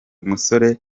umusore